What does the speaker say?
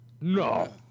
No